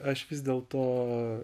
aš vis dėl to